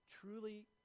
truly